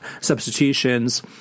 substitutions